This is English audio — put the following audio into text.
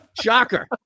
Shocker